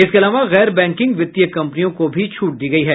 इसके अलावा गैर बैंकिंग वित्तीय कंपनियों को भी छूट दी गयी है